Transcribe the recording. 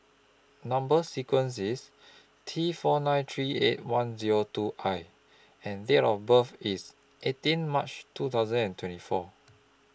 Number sequence IS T four nine three eight one Zero two I and Date of birth IS eighteen March two thousand and twenty four